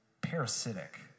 parasitic